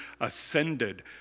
ascended